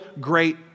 great